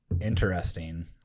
interesting